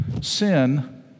sin